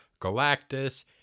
Galactus